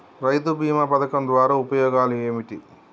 రైతు బీమా పథకం ద్వారా ఉపయోగాలు ఏమిటి?